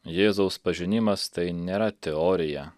jėzaus pažinimas tai nėra teorija